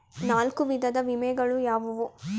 ನಾಲ್ಕು ವಿಧದ ವಿಮೆಗಳು ಯಾವುವು?